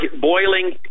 boiling